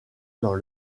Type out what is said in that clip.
dans